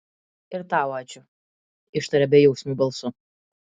ir tau ačiū ištarė bejausmiu balsu